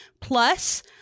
Plus